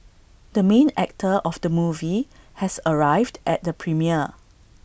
the main actor of the movie has arrived at the premiere